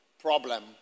problem